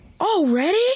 Already